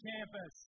Campus